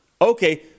okay